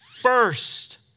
first